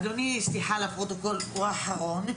אדוני סליחה לפרוטוקול הוא אחרון,